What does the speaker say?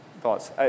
thoughts